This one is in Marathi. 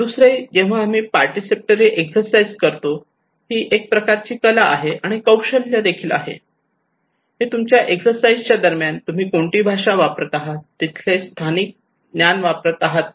दुसरे जेव्हा आम्ही पार्टिसिपेटरी एक्सरसाइज करतो ही एक प्रकारची कला आहे आणि कौशल्य देखील आहे हे तुमच्या एक्सरसाइज च्या दरम्यान तुम्ही कोणती भाषा वापरत आहात तुम्ही तिथले स्थानिक ज्ञान वापरत आहात का